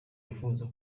wifuza